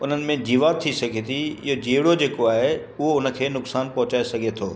उन्हनि में जीवा थी सघे थी इहो जीअणो जेको आहे उहो उनखे नुक़सान पहुचाए सघे थो